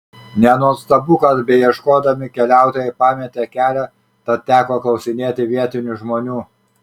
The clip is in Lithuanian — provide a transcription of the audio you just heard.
nenuostabu kad beieškodami keliautojai pametė kelią tad teko klausinėti vietinių žmonių